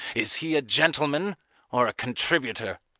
is he a gentleman or a contributor?